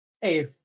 Hey